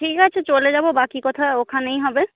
ঠিক আছে চলে যাব বাকি কথা ওখানেই হবে